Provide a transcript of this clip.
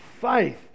faith